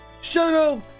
Shadow